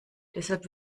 deshalb